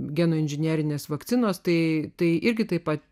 genų inžinerinės vakcinos tai tai irgi taip pat